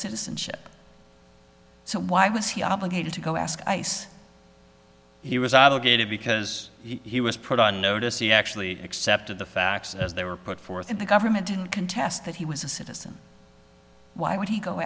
citizenship so why was he obligated to go ask ice he was obligated because he was put on notice he actually accepted the facts as they were put forth and the government didn't contest that he was a citizen why would he go